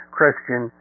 Christian